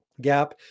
gap